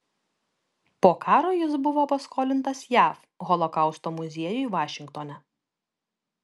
po karo jis buvo paskolintas jav holokausto muziejui vašingtone